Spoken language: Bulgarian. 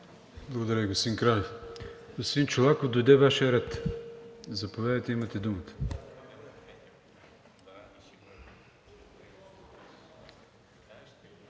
Благодаря Ви, господин Кралев. Господин Чолаков, дойде Вашият ред. Заповядайте, имате думата.